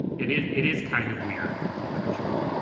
it is it is kind of weird, alderman chabot.